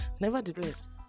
nevertheless